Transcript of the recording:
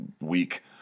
week